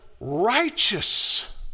righteous